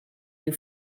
you